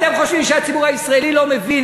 אתם חושבים שהציבור הישראלי לא מבין.